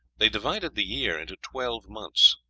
they divided the year into twelve months.